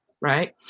right